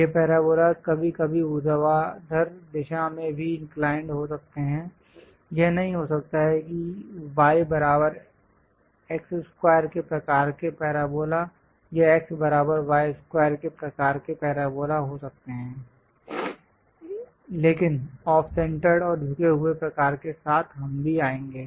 ये पैराबोलास कभी कभी ऊर्ध्वाधर दिशा में भी इंक्लाइंड हो सकते हैं यह नहीं हो सकता है कि y बराबर x स्क्वायर के प्रकार के पैराबोला या x बराबर y स्क्वायर के प्रकार के पैराबोला हो सकते हैं लेकिन ऑफ़ सेंटर्ड और झुके हुए प्रकार के साथ हम भी आएंगे